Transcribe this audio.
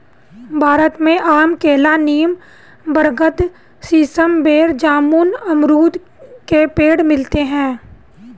भारत में आम केला नीम बरगद सीसम बेर जामुन अमरुद के पेड़ मिलते है